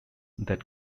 that